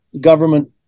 government